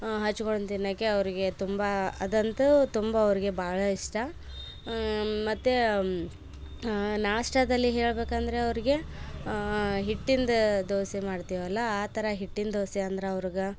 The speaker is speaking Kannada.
ಹೆಚ್ಕೊಂಡು ತಿನ್ನಾಕೆ ಅವರಿಗೆ ತುಂಬಾ ಅದಂತೂ ತುಂಬ ಅವರಿಗೆ ಬಹಳ ಇಷ್ಟ ಮತ್ತು ನಾಷ್ಟದಲ್ಲಿ ಹೇಳ್ಬೇಕಂದರೆ ಅವರಿಗೆ ಹಿಟ್ಟಿಂದು ದೋಸೆ ಮಾಡ್ತೇವಲ್ಲಾ ಆ ಥರ ಹಿಟ್ಟಿನ ದೋಸೆ ಅಂದ್ರ ಅವ್ರುಗ